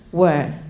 word